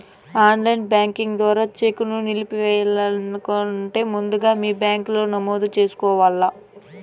online banking ద్వారా cheque సెల్లింపుని నిలిపెయ్యాలంటే ముందుగా మీ బ్యాంకిలో నమోదు చేసుకోవల్ల